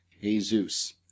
jesus